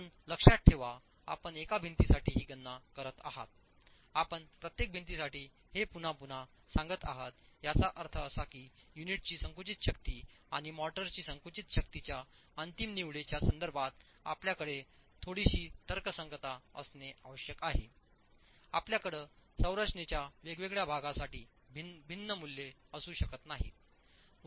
पण लक्षात ठेवा आपण एका भिंतीसाठी ही गणना करत आहातआपण प्रत्येक भिंतीसाठी हे पुन्हा पुन्हा सांगत आहात याचा अर्थ असा की युनिटची संकुचित शक्ती आणि मोर्टारची संकुचित शक्तीच्या अंतिम निवडीच्या संदर्भात आपल्याकडे थोडीशी तर्कसंगतता असणे आवश्यक आहे आपल्याकडे संरचनेच्या वेगवेगळ्या भागासाठी भिन्न मूल्ये असू शकत नाहीत